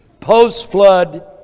post-flood